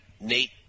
Nate